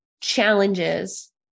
challenges